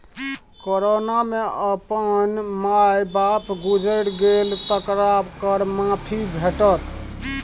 corona मे अपन माय बाप गुजैर गेल तकरा कर माफी भेटत